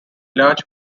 large